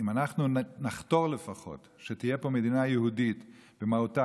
אם אנחנו נחתור לפחות שתהיה פה מדינה יהודית ומהותה